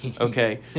okay